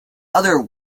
other